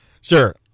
Sure